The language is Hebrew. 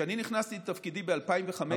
כשאני נכנסתי לתפקידי ב-2015,